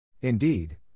Indeed